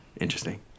interesting